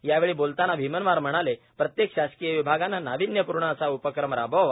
यावेळी बोलताना भिमनवार म्हणालेर प्रत्येक शासकीय विभागानं नाविन्यपूर्ण असा उपक्रम राबवावा